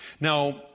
Now